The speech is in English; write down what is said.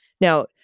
Now